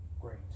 great